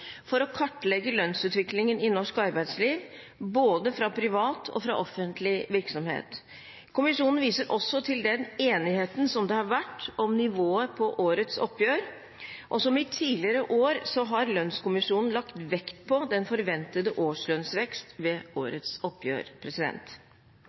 for å kartlegge lønnsutviklingen i norsk arbeidsliv, både fra privat og fra offentlig virksomhet. Kommisjonen viser også til den enigheten som det har vært om nivået på årets oppgjør, og som i tidligere år har lønnskommisjonen lagt vekt på den forventede årslønnsvekst ved